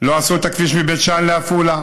לא עשו את הכביש מבית שאן לעפולה,